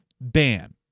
ban